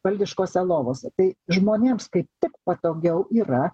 valdiškose lovose tai žmonėms kaip tik patogiau yra